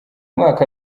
mwaka